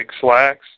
slacks